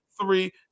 three